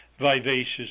vivacious